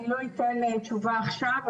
אני לא אתן תשובה עכשיו,